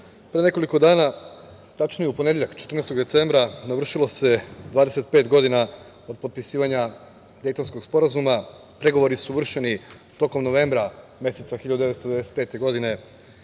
pre nekoliko dana, tačnije u ponedeljak, 14. decembra 2020. godine, navršilo se 25 godina od potpisivanja Dejtonskog sporazuma. Pregovori su vršeni tokom novembra meseca 1995. godine,